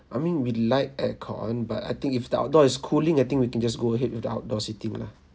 I mean we like aircon but I think if the outdoor is cooling I think we can just go ahead with the outdoor seating lah